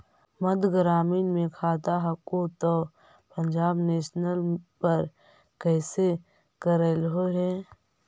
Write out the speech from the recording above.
मध्य ग्रामीण मे खाता हको तौ पंजाब नेशनल पर कैसे करैलहो हे?